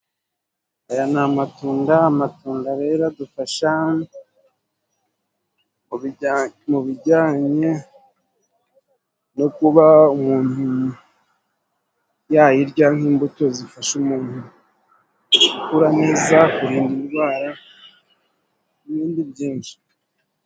Aya ni amatunda, amatunda rero adufasha mu bijyanye no kuba umuntu yayarya, nk'imbuto zifasha umuntu gukura neza, kurinda indwara, n'ibindi byinshi.